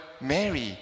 mary